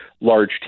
large